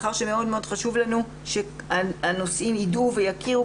מאחר שמאוד מאוד חשוב לנו שהנוסעים ידעו ויכירו